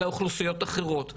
אלא אוכלוסיות אחרות.